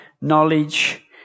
knowledge